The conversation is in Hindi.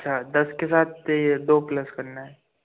अच्छा दस के साथ ये दो प्लेट करना है